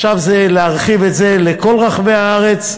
ועכשיו זה להרחיב את זה לכל רחבי הארץ,